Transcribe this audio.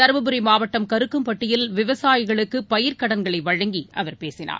தருமபுரி மாவட்டம் கருக்கம்பட்டியில் விவசாயிகளுக்குபயிர்க்கடன்களைவழங்கிஅவர் பேசினார்